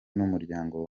n’umuryango